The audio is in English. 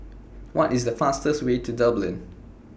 What IS The fastest Way to Dublin